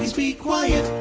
be quiet.